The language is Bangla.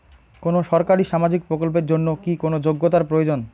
কোনো সরকারি সামাজিক প্রকল্পের জন্য কি কোনো যোগ্যতার প্রয়োজন?